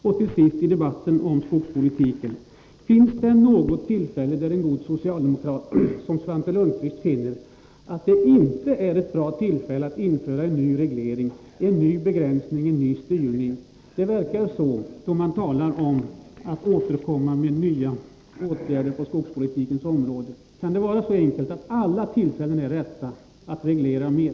Beträffande debatten om skogspolitiken undrar jag om det för en god socialdemokrat som Svante Lundkvist finns något tillfälle som inte är bra för att införa en ny reglering, en ny begränsning, en ny styrning. Det verkar inte så, då regeringen talar om att återkomma med nya åtgärder på skogspolitikens område. Kan det vara så enkelt som att alla tillfällen är de rätta för att reglera mer?